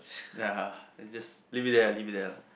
ya is just leave it there lah leave it there lah